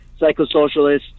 psychosocialists